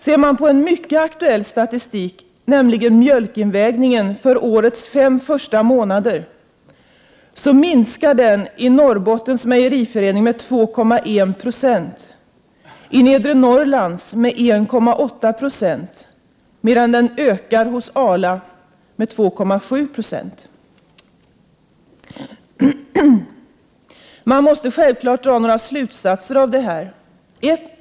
Studerar man en mycket aktuell statistik, nämligen mjölkinvägningen för årets fem första månader, finner man att den minskar i Norrbottens mejeriförening med 2,1 20 och i Nedre Norrlands med 1,8 26, medan den ökar hos Arla med 2,7 7o. Man måste självfallet dra några slutsatser av detta.